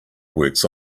works